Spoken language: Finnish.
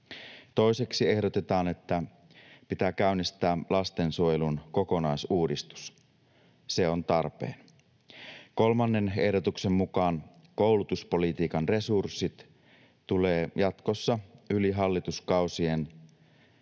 Toiseksi ehdotetaan, että pitää käynnistää lastensuojelun kokonaisuudistus. Se on tarpeen. Kolmannen ehdotuksen mukaan koulutuspolitiikan resurssit tulee turvata jatkossa yli hallituskausien